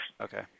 Okay